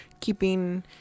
keeping